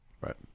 Right